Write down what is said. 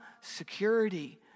security